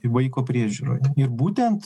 vaiko priežiūroje ir būtent